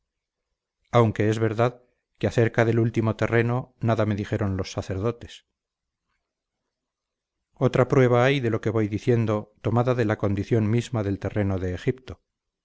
aunque es verdad que acerca del último terreno nada me dijeron los sacerdotes otra prueba hay de lo que voy diciendo tomada de la condición misma del terreno de egipto